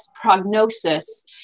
prognosis